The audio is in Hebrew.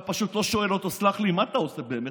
אתה פשוט לא שואל אותו: סלח לי, מה אתה עושה באמת?